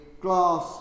glass